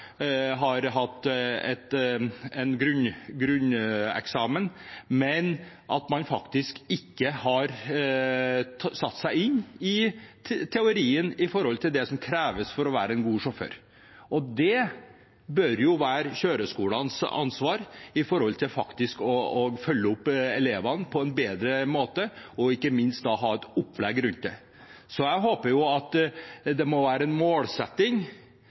faktisk ikke har satt seg inn i den teorien som kreves for å være en god sjåfør. Det bør jo være kjøreskolenes ansvar å følge opp elevene på en bedre måte, og ikke minst ha et opplegg rundt det. Så jeg håper at det må være en målsetting